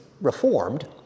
reformed